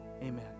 Amen